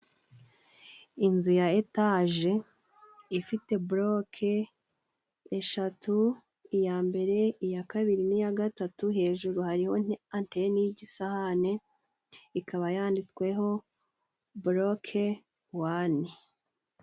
Inzu ya etaje ifite boloke eshatu. Iya mbere, iya kabiri, n'iya gatatu. Hejuru hariho anteni y'igisahane ikaba yanditsweho boloke wani.